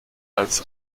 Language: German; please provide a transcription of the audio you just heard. als